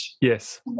Yes